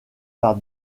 par